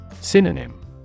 Synonym